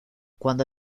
cuando